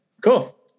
Cool